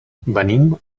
venim